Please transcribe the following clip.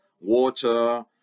water